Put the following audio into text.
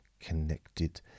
connected